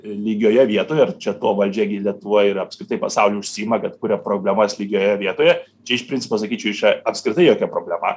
lygioje vietoje ir čia tuo valdžia gi lietuvoj ir apskritai pasauly užsiima kad kuria problemas lygioje vietoje čia iš principo sakyčiau čia apskritai jokia problema